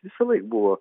visąlaik buvo